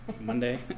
Monday